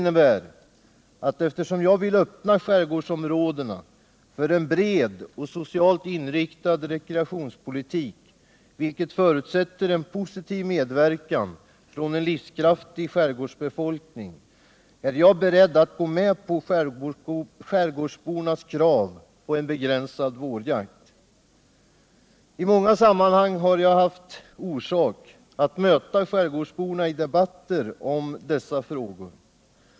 Eftersom jag vill öppna skärgårdsområdena för en bred och socialt inriktad rekreationspolitik, vilket förutsätter en positiv medverkan från en livskraftig skärgårdsbefolkning, är jag beredd att gå med på skärgårdsbornas krav på en begränsad vårjakt. I många sammanhang har jag haft orsak att möta skärgårdsborna i debatter om dessa frågor.